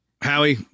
Howie